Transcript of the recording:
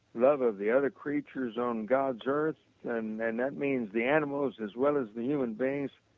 love of the other creatures on god's earth and that means the animals as well as the human beings.